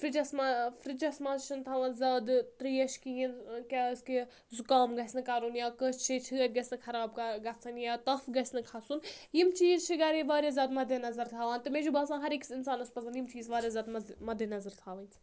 فرجَس منٛز فرجَس منٛز چھِنہٕ تھاوان زیادٕ تریش کِہیٖنۍ کیٛازِکہِ زُکام گَژھِ نہٕ کَرُن یا کٲنٛسہِ چھِ گژھِ نہٕ خراب گژھٕنۍ یا تَف گژھِ نہٕ کھَسُن یِم چیٖز چھِ گَرے واریاہ زیادٕ مَدے نظر تھاوان تہٕ مےٚ چھُ باسان ہر أکِس اِنسانَس پَزَن یِم چیٖز واریاہ زیادٕ مَزٕ مَدے نظر تھاوٕنۍ